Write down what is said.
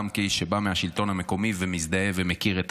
גם כאיש שבא מהשלטון המקומי ומזדהה ומכיר גם